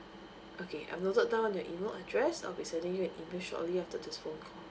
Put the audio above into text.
okay I've noted down your email address I'll be sending you an email shortly after this phone call